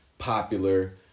popular